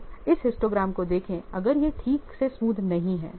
तो इस हिस्टोग्राम को देखें अगर यह ठीक से स्मूथ नहीं है